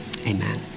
amen